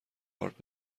ارد